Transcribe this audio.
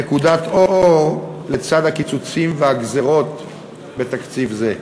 נקודת אור לצד הקיצוצים והגזירות שבתקציב זה.